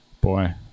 Boy